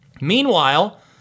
Meanwhile